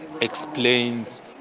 explains